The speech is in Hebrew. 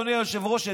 אדוני היושב-ראש,